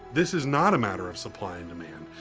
this is not a matter of supply and demand.